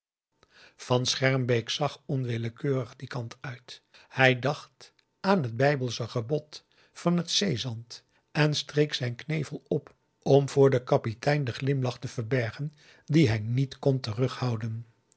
van schermbeek zag onwillekeurig dien kant uit hij dacht aan het bijbelsche gebod van het zeezand en streek zijn knevels op om voor den kapitein den glimlach te verbergen dien hij niet kon terughouden